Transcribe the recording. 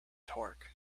torque